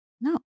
No